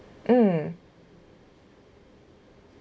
mm